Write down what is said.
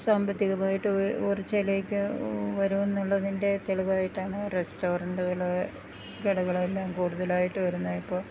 സാമ്പത്തികമായിട്ട് ഉയര്ച്ചയിലേക്കു വരുമെന്നുള്ളതിന്റെ തെളിവായിട്ടാണ് റെസ്റ്റോറന്റുകള് കടകള് എല്ലാം കൂടുതലായിട്ടു വരുന്നത് ഇപ്പോള്